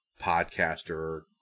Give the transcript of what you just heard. podcaster